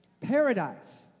paradise